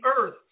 earth